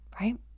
Right